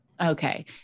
Okay